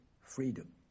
freedom